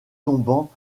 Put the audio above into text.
tombant